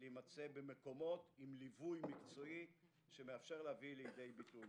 להימצא במקומות עם ליווי מקצועי שמאפשר להביא לידי ביטוי.